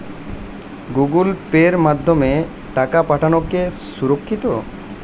Google Pay মাধ্যমে টাকা পাঠানোকে সুরক্ষিত?